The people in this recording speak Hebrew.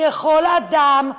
ככל אדם.